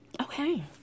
Okay